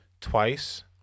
twice